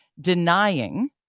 denying